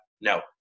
No